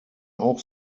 auch